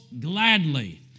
gladly